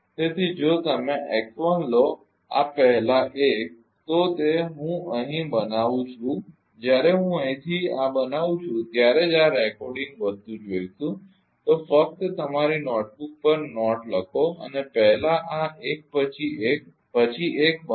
તેથી જો તમે x1 લો આ પહેલા 1 તો તે હું અહીં બનાવું છું જ્યારે હું અહીંથી આ બનાવું છું ત્યારે જ આ રેકોર્ડિંગ વસ્તુ જોઇશું તો તમે ફક્ત તમારી નોટબુક પર આ નોટ લખો અને પહેલા આ એક પછી એક પછી એક બનાવો ખરુ ને